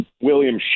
William